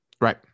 Right